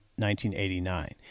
1989